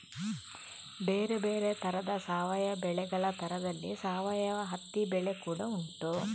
ಬೇರೆ ಬೇರೆ ತರದ ಸಾವಯವ ಬೆಳೆಗಳ ತರದಲ್ಲಿ ಸಾವಯವ ಹತ್ತಿ ಬೆಳೆ ಕೂಡಾ ಉಂಟು